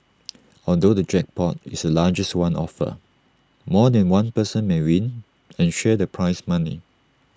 although the jackpot is the largest one offered more than one person may win and share the prize money